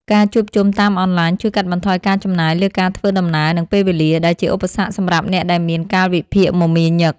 ការជួបជុំតាមអនឡាញជួយកាត់បន្ថយការចំណាយលើការធ្វើដំណើរ និងពេលវេលា ដែលជាឧបសគ្គសម្រាប់អ្នកដែលមានកាលវិភាគមមាញឹក។